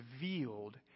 revealed